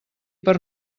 per